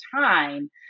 time